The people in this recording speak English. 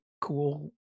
cool